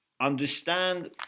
understand